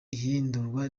ihindurwa